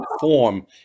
form